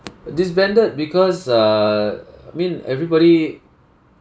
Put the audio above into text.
disbanded because err I mean everybody